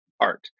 art